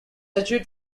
achieved